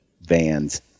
vans